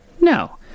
No